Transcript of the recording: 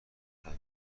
همه